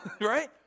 right